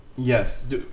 Yes